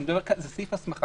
זה סעיף ההסמכה.